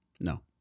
No